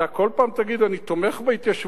אתה כל פעם תגיד: אני תומך בהתיישבות,